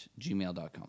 gmail.com